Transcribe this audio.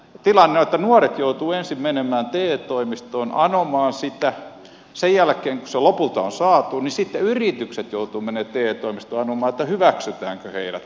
tilanne on että nuoret joutuvat ensin menemään te toimistoon anomaan sitä ja sen jälkeen kun se lopulta on saatu niin sitten yritykset joutuvat menemään te toimistoon anomaan että hyväksytäänkö heidät